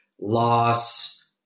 loss